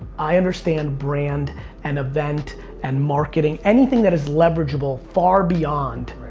i understand brand and event and marketing. anything that is leverageable far beyond.